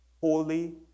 holy